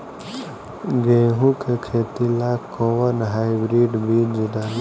गेहूं के खेती ला कोवन हाइब्रिड बीज डाली?